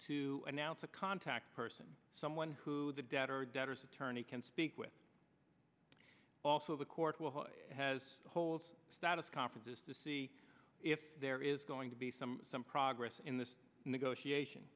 to announce a contact person someone who the debtor debtors attorney can speak with also the court has to hold a status conference just to see if there is going to be some some progress in this negotiation